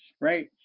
right